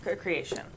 creation